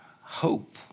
hope